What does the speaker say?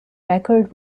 record